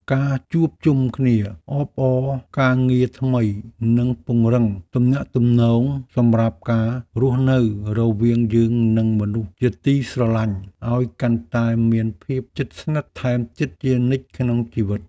ការជួបជុំគ្នាអបអរការងារថ្មីនឹងពង្រឹងទំនាក់ទំនងសម្រាប់ការរស់នៅរវាងយើងនិងមនុស្សជាទីស្រឡាញ់ឱ្យកាន់តែមានភាពជិតស្និទ្ធថែមទៀតជានិច្ចក្នុងជីវិត។